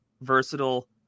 versatile